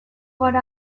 gara